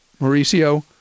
Mauricio